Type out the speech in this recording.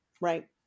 Right